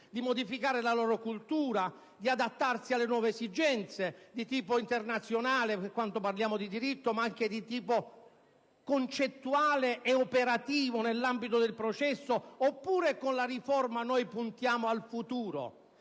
di modificare la loro cultura, di adattarsi alle nuove esigenze di tipo internazionale, in quanto parliamo di diritto, ma anche di tipo concettuale e operativo nell'ambito del processo? Oppure, con la riforma noi puntiamo al futuro,